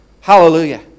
Hallelujah